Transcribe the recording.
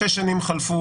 שש שנים חלפו.